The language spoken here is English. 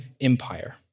empire